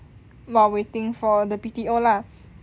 while waiting for the B_T_O lah